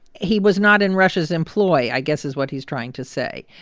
he was not in russia's employ, i guess, is what he's trying to say.